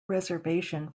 reservation